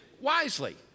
wisely